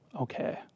Okay